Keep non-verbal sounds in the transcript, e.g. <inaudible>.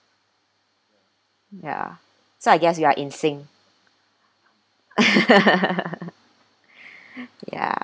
ya so I guess we are in sync <laughs> <breath> ya